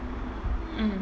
mm